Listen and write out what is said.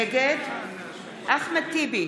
נגד אחמד טיבי,